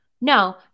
No